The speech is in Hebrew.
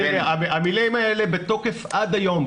המילים האלה בתוקף עד היום,